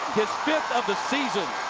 his fifth of the season.